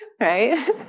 right